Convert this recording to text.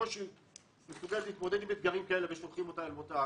שבקושי מסוגלת להתמודד עם אתגרים כאלה ושולחים אותה למותה.